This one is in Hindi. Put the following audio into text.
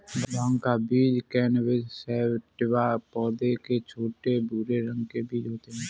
भाँग का बीज कैनबिस सैटिवा पौधे के छोटे, भूरे रंग के बीज होते है